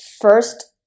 first